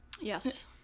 Yes